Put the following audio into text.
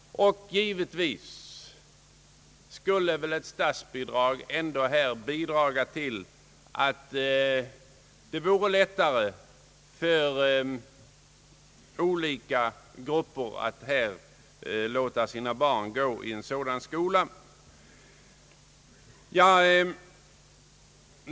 Givetvis skulle ett statsbidrag ändå göra det lättare för olika grupper att låta sina barn gå i en sådan skola.